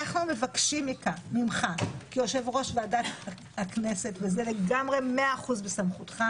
אנחנו מבקשים ממך כיושב-ראש ועדת הכנסת וזה לגמרי בסמכותך